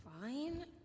Fine